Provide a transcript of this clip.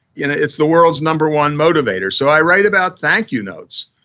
you know it's the world's number one motivator. so i write about thank you notes.